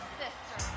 sister